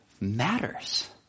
matters